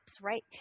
Right